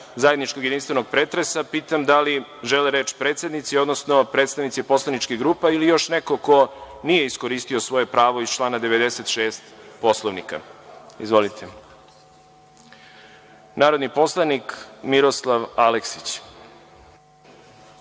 zajedničkog jedinstvenog pretresa, pitam da li žele reč predsednici, odnosno predstavnici poslaničkih grupa ili još neko ko nije iskoristio svoje pravo iz člana 96. Poslovnika? Izvolite. Narodni poslanik Miroslav Aleksić